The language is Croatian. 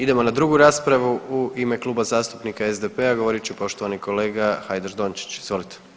Idemo na 2. raspravu u ime Kluba zastupnika SDP-a, govorit će poštovani kolega Hajdaš Dončić, izvolite.